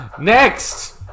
Next